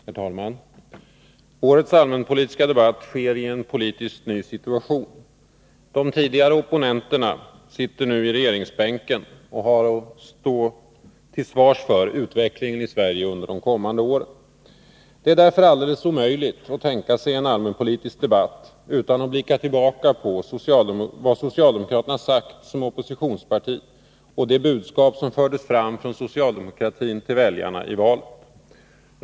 Herr talman! Årets allmänpolitiska debatt sker i en politiskt ny situation. De tidigare opponenterna sitter nu i regeringsbänken och har att stå till svars för utvecklingen i Sverige under de kommande åren. Det är därför alldeles omöjligt att tänka sig en allmänpolitisk debatt utan att blicka tillbaka på vad socialdemokraterna sagt som oppositionsparti och på de budskap som fördes fram från socialdemokratin till väljarna i valet.